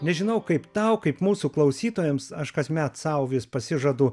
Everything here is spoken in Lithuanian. nežinau kaip tau kaip mūsų klausytojams aš kasmet sau vis pasižadu